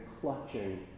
clutching